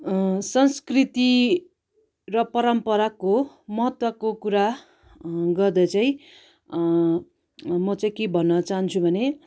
संस्कृति र परम्पराको महत्त्वको कुरा गर्दा चाहिँ म चाहिँ के भन्न चाहन्छु भने